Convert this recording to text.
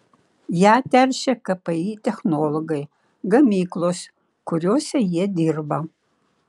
ją teršia kpi technologai gamyklos kuriose jie dirba